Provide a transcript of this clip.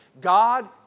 God